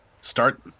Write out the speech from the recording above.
start